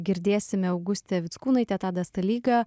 girdėsime augustė mickūnaitė tadas stalyga